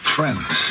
Friends